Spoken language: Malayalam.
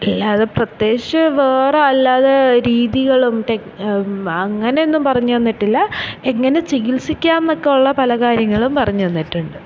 അല്ലാതെ പ്രതേകിച്ച് വേറെ അല്ലാതെ രീതികളും അങ്ങനെയൊന്നും പറഞ്ഞുതന്നിട്ടില്ല എങ്ങനെ ചികിൽസിക്കാമെന്നൊക്കെ ഉള്ള പല കാര്യങ്ങളും പറഞ്ഞു തന്നിട്ടുണ്ട്